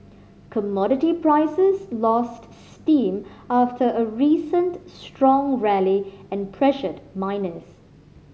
commodity prices lost steam after a recent strong rally and pressured miners